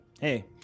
Hey